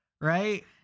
right